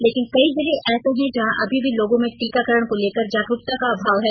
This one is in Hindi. लेकिन कई जिले ऐसे हैं जहां अभी भी लोगों में टीकाकरण को लेकर जागरूकता का अभाव है